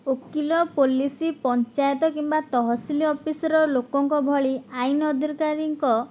ଓକିଲ ପୋଲିସ୍ ପଞ୍ଚାୟତ କିମ୍ବା ତହସିଲ ଅଫିସ୍ର ଲୋକଙ୍କ ଭଳି ଆଇନ୍ ଅଧିକାରୀଙ୍କ